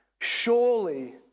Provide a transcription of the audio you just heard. surely